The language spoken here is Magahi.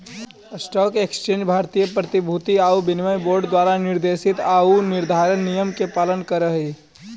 स्टॉक एक्सचेंज भारतीय प्रतिभूति आउ विनिमय बोर्ड द्वारा निर्देशित आऊ निर्धारित नियम के पालन करऽ हइ